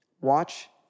Watch